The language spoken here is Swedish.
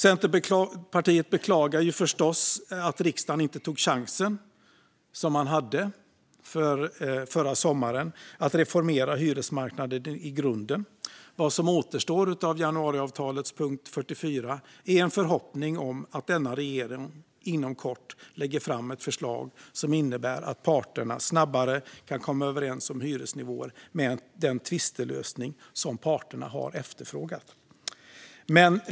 Centerpartiet beklagar förstås att riksdagen inte tog chansen som fanns förra sommaren att reformera hyresmarknaden i grunden. Vad som återstår av januariavtalets punkt 44 är en förhoppning om att denna regering inom kort lägger fram ett förslag som innebär att parterna snabbare kan komma överens om hyresnivåer med den tvistlösning som parterna har efterfrågat.